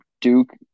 Duke